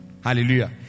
hallelujah